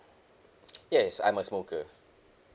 yes I'm a smoker